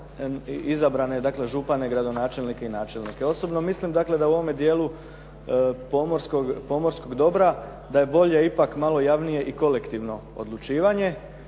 dakle župane, gradonačelnike i načelnike. Osobno mislim dakle da u ovome dijelu pomorskog dobra da je bolje ipak malo javnije i kolektivno odlučivanje.